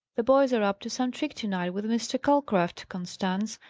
the boys are up to some trick to-night with mr. calcraft, constance,